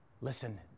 listen